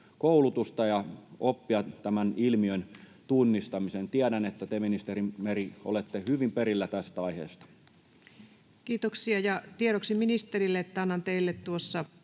koulutusta ja oppia tämän ilmiön tunnistamiseen. Tiedän, että te, ministeri Meri, olette hyvin perillä tästä aiheesta. [Speech 165] Speaker: Ensimmäinen varapuhemies